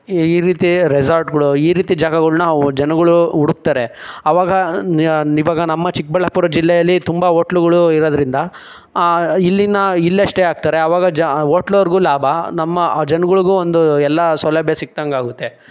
ಈ ರೀತಿ ರೆಸಾರ್ಟ್ಗಳು ಈ ರೀತಿ ಜಾಗಗಳನ್ನ ಜನಗಳು ಹುಡುಕ್ತಾರೆ ಆವಾಗ ಇವಾಗ ನಮ್ಮ ಚಿಕ್ಕಬಳ್ಳಾಪುರ ಜಿಲ್ಲೆಯಲ್ಲಿ ತುಂಬ ಹೋಟ್ಲುಗಳು ಇರೋದ್ರಿಂದ ಇಲ್ಲಿನ ಇಲ್ಲಷ್ಟೇ ಆಗ್ತಾರೆ ಆವಾಗ ಜ ಹೋಟ್ಲವ್ರಿಗೂ ಲಾಭ ನಮ್ಮ ಆ ಜನಗಳ್ಗು ಒಂದು ಎಲ್ಲ ಸೌಲಭ್ಯ ಸಿಕ್ಕಿದಂಗಾಗುತ್ತೆ